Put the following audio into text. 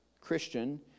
Christian